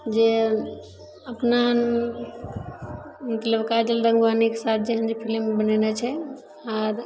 जे अपना हँ मतलब काजल राघवानीके साथ जे हँ जे फिलिम बनेने छै आओर